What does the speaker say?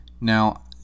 Now